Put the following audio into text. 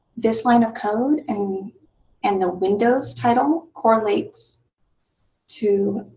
this line of code and and the windows title correlates to